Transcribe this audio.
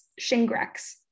Shingrex